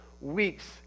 weeks